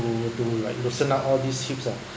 to to like loosen up all these hips ah